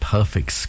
Perfect